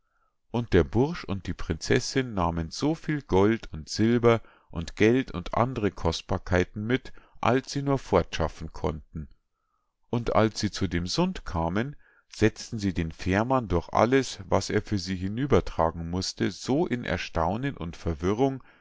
und der bursch und die prinzessinn nahmen so viel gold und silber und geld und andre kostbarkeiten mit als sie nur fortschaffen konnten und als sie zu dem sund kamen setzten sie den fährmann durch alles was er für sie hinübertragen mußte so in erstaunen und verwirrung